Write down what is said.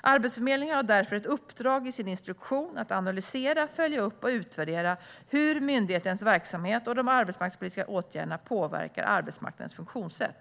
Arbetsförmedlingen har därför ett uppdrag i sin instruktion att analysera, följa upp och utvärdera hur myndighetens verksamhet och de arbetsmarknadspolitiska åtgärderna påverkar arbetsmarknadens funktionssätt.